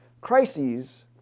Crises